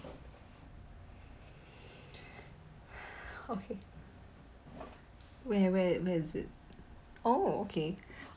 okay where where where is it oh okay